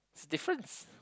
it's difference